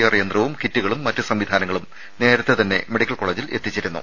R യന്ത്രവും കിറ്റുകളും മറ്റ് സംവിധാനങ്ങളും നേരത്തെ തന്നെ മെഡിക്കൽ കോളേജിൽ എത്തിച്ചിരുന്നു